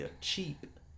cheap